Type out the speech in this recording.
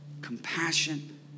Compassion